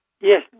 Yes